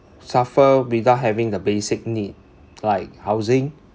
suffer without having the basic need like housing